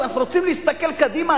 אנחנו רוצים להסתכל קדימה,